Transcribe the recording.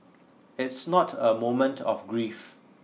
it's not a moment of grief